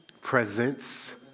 Presence